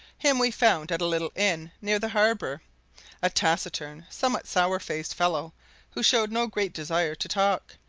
him we found at a little inn, near the harbour a taciturn, somewhat sour-faced fellow who showed no great desire to talk,